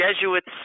Jesuits